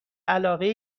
علاقه